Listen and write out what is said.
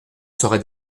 saurai